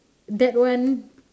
that one